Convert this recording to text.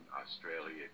Australia